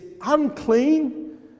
unclean